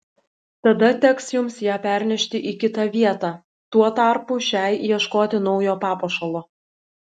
tada teks jums ją pernešti į kitą vietą tuo tarpu šiai ieškoti naujo papuošalo